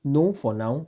no for now